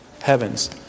Heavens